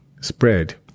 spread